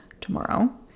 tomorrow